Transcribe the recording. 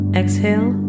exhale